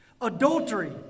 adultery